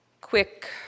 quick